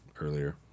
earlier